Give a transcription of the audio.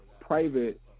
private